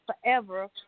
forever